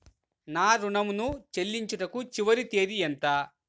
నా ఋణం ను చెల్లించుటకు చివరి తేదీ ఎంత?